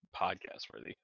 podcast-worthy